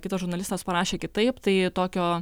kitas žurnalistas parašė kitaip tai tokio